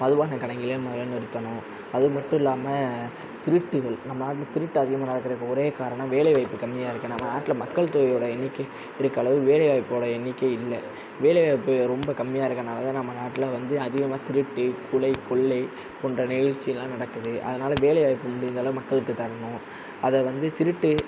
அதுவும் அந்த கடைங்களே முதல்ல நிறுத்தணும் அது மட்டும் இல்லாம திருட்டுகள் நம் நாட்டில் திருட்டு அதிகமாக நடக்குறதுக்கு ஒரே காரணம் வேலைவாய்ப்பு கம்மியாக இருக்கு நம்ம நாட்டில் மக்கள் தொகையோட எண்ணிக்கை இருக்க அளவு வேலைவாய்ப்போட எண்ணிக்கை இல்ல வேலைவாய்ப்புகளில் ரொம்ப கம்மியாக இருக்கனாலதான் நம்ம நாட்டில் வந்து அதிகமாக திருட்டு கொலை கொள்ளை போன்ற நிகழ்ச்சியெல்லாம் நடக்குது அதனால வேலைவாய்ப்பு முடிஞ்சளவு மக்களுக்கு தரணும் அதை வந்து திருட்டு